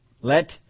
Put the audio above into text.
Let